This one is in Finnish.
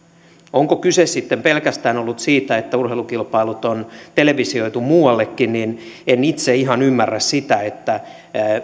jos kyse on sitten pelkästään ollut siitä että urheilukilpailut on televisioitu muuallekin niin en itse ihan ymmärrä sitä että